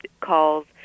calls